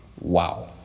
Wow